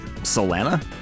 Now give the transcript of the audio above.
Solana